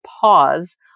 pause